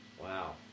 Wow